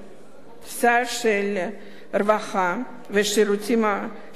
שר הרווחה והשירותים חברתיים,